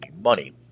money